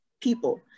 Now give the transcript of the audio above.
people